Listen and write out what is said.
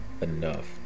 enough